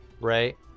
right